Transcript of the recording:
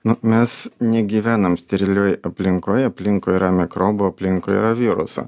na mes negyvenam sterilioj aplinkoje aplinkui yra mikrobų aplinkui yra viruso